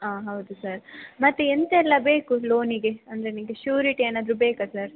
ಆಂ ಹೌದು ಸರ್ ಮತ್ತು ಎಂತೆಲ್ಲ ಬೇಕು ಲೋನಿಗೆ ಅಂದರೆ ನಿಮಗೆ ಶೂರಿಟಿ ಏನಾದರು ಬೇಕಾ ಸರ್